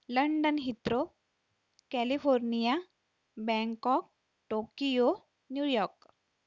London Heathrow California Bangkok Tokyo New York